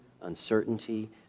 uncertainty